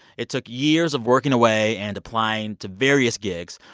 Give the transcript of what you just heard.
it took years of working away and applying to various gigs,